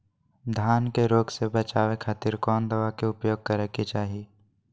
धान के रोग से बचावे खातिर कौन दवा के उपयोग करें कि चाहे?